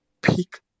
pick